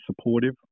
supportive